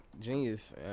genius